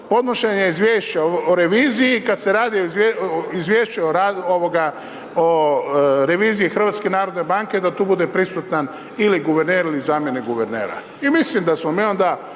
podnošenja izvješća o reviziji, kad se radi izvješće o reviziji HNB-a da tu bude prisutan ili guverner ili zamjenik guvernera i mislim da smo mi onda